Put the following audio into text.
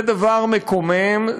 זה דבר מקומם,